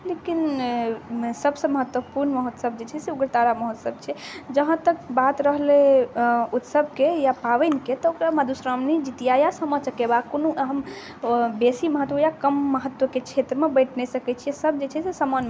लेकिन सबसँ महत्वपूर्ण महोत्सव जे छै से उग्रतारा महोत्सव छै जहाँ तक बात रहलै अँ उत्सवके या पाबनिके तऽ ओकरा मधुश्रावणी जितिआ या सामा चकेवा कोनो अहम बेसी महत्व या कम महत्वके क्षेत्रमे बाँटि नहि कहि सकै छिए सब जे छै समान